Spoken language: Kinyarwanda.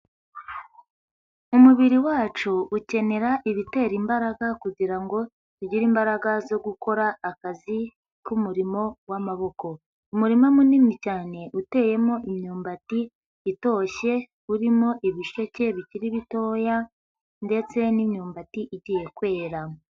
Umubiri wacu ukenera ibitera imbaraga kugira ngo tugire imbaraga zo gukora akazi k'umurimo w'amaboko. Umurima munini cyane uteyemo imyumbati itoshye urimo ibisheke bikiri bitoya ndetse n'imyumbati igiye kwera.